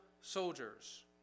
soldiers